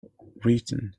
written